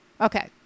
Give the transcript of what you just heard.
okay